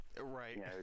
right